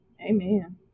Amen